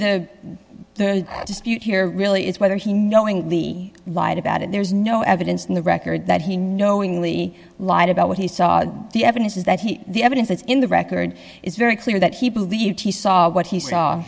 dispute here really is whether he knowing the lied about it there is no evidence in the record that he knowingly lied about what he saw the evidence is that he the evidence that's in the record is very clear that he believed he saw what he saw